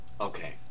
Okay